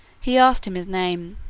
he asked his name,